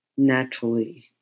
naturally